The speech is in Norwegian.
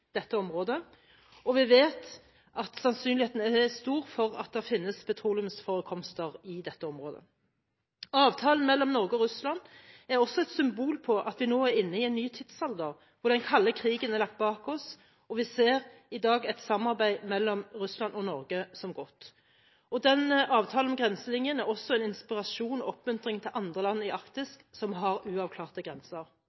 dette området, og vi vet at sannsynligheten er stor for at det finnes petroleumsforekomster i dette området. Avtalen mellom Norge og Russland er også et symbol på at vi nå er inne i en ny tidsalder, hvor den kalde krigen er lagt bak oss. Vi ser i dag et samarbeid mellom Russland og Norge som er godt. Denne avtalen om grenselinjen er også en inspirasjon og en oppmuntring til andre land i